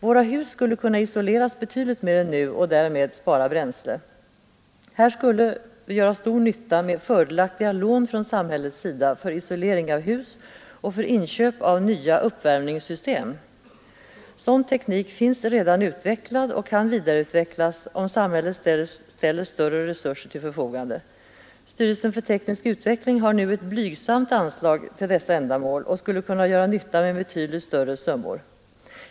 Våra hus skulle kunna isoleras betydligt bättre än nu och därmed spara bränsle. Här skulle det göra stor nytta med fördelaktiga lån från samhällets sida för isolering av hus och för inköp av nya uppvärmningssystem. Sådan teknik finns redan utvecklad och kan vidareutvecklas, om samhället ställer större resurser till förfogande. Styrelsen för teknisk utveckling har nu ett blygsamt anslag för dessa ändamål och skulle kunna göra nytta med betydligt större summor.